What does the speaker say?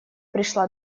пришла